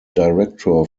director